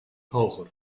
hoger